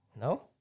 No